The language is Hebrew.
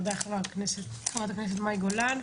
תודה לחברת הכנסת מאי גולן.